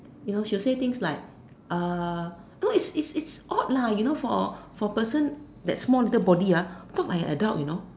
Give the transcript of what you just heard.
you know she will say things like no its it's it's odd lah you know for for person that small little body talk like adult you know